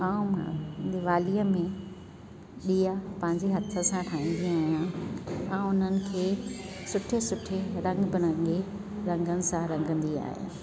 ऐं मां दिवालीअ में दिया पंहिंजे हथ सां ठाहींदी आहियां ऐं हुननि खे सुठे सुठे रंग बिरंगे रंगनि सां रंगंदी आहियां